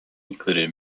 included